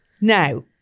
Now